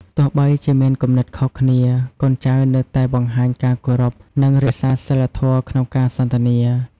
ទោះបីជាមានគំនិតខុសគ្នា កូនចៅត្រូវតែបង្ហាញការគោរព និងរក្សាសីលធម៌ក្នុងការសន្ទនា។